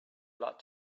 lot